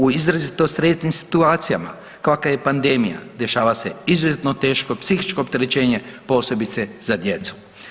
U izrazito stresnim situacijama kakva je pandemija, dešava se izuzetno teško psihičko opterećenje, posebice za djecu.